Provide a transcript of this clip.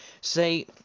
say